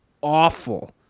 awful